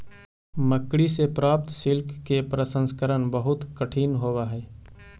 मकड़ि से प्राप्त सिल्क के प्रसंस्करण बहुत कठिन होवऽ हई